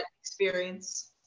experience